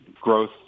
growth